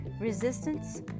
resistance